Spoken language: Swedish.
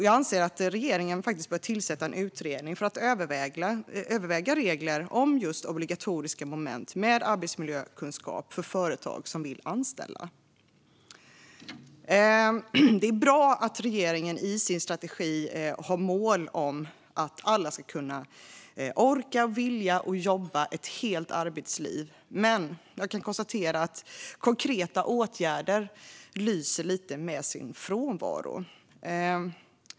Jag anser att regeringen faktiskt bör tillsätta en utredning för att överväga regler om just obligatoriska moment med arbetsmiljökunskap för företag som vill anställa. Det är bra att regeringen i sin strategi har mål om att alla ska kunna, orka och vilja jobba ett helt arbetsliv, men jag kan konstatera att konkreta åtgärder lite grann lyser med sin frånvaro.